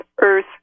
earth